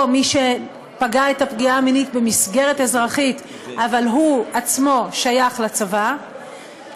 או של מי שפגע את הפגיעה המינית במסגרת אזרחית אבל הוא עצמו שייך לצבא,